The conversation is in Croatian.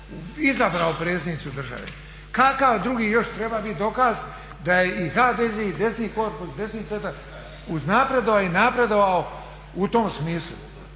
izabrao predsjednicu države. Kakav drugi još treba bit dokaz da je i HDZ i desni korpus, desni centar uznapredovao i napredovao u tom smislu.